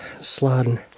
sliding